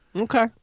Okay